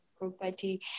property